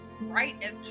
right